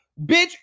bitch